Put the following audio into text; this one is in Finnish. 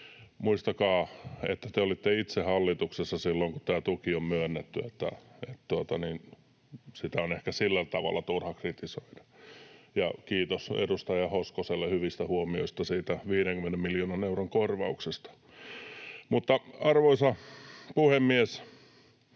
Muistakaa, että te olitte itse hallituksessa silloin, kun tämä tuki on myönnetty, eli sitä on ehkä sillä tavalla turha kritisoida. Ja kiitos edustaja Hoskoselle hyvistä huomioista siitä 50 miljoonan euron korvauksesta. Arvoisa puhemies!